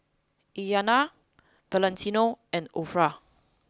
Iyana Valentino and Orah